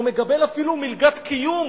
או מקבל אפילו מלגת קיום,